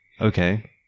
Okay